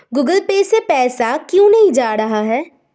Google Pay से पैसा क्यों नहीं जा रहा है?